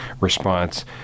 response